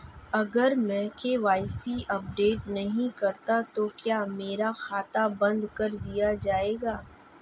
अगर मैं KYC update नहीं करता तो क्या मेरा खाता बंद कर दिया जाएगा?